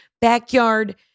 backyard